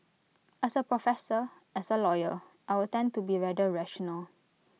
as A professor as A lawyer I would tend to be rather rational